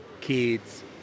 kids